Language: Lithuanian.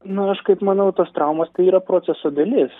nu aš kaip manau tos traumos tai yra proceso dalis